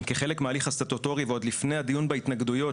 גם כחלק מהליך הסטטוטורי ועוד לפני הדיון בהתנגדויות,